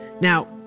Now